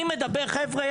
חבר'ה,